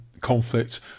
conflict